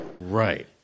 Right